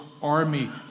Army